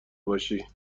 باشی